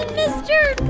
mr.